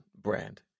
brand